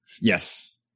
Yes